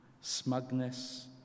smugness